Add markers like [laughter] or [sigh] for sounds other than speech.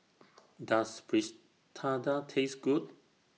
Does [unintelligible] Taste Good